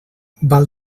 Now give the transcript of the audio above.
val